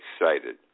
excited